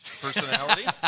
personality